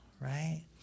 right